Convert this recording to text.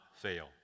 fail